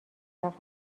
فقط